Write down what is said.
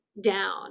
down